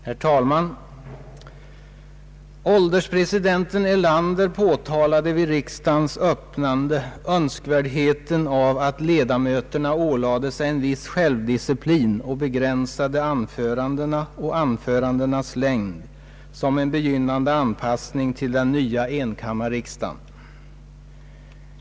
Herr talman! Ålderspresidenten Erlander påtalade vid riksdagens öppnande önskvärdheten av att ledamöterna ålade sig en viss självdisciplin och begränsade anförandena och anförandenas längd som en begynnande anpassning till den nya enkammarriksdagen.